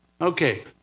Okay